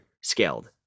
scaled